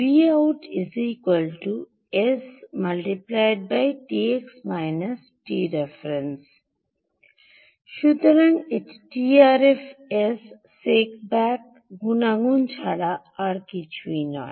VoutS×TX−TREF সুতরাং এটি টি আরএফ এসগুণাগুণ ছাড়া কিছুই নয়